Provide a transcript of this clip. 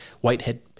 Whitehead